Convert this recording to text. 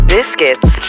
Biscuits